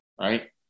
right